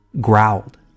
growled